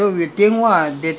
you will know [one] lah